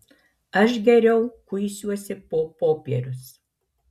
aš geriau kuisiuosi po popierius